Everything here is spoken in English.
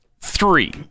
Three